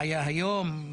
בעיה היום,